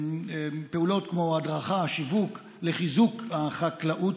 פעולות כמו הדרכה ושיווק לחיזוק החקלאות